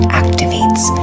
activates